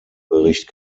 bericht